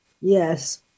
Yes